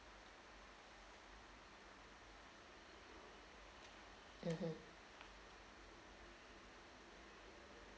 mmhmm